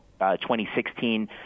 2016